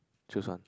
choose one